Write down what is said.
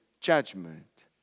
judgment